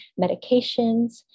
medications